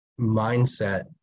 mindset